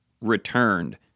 Returned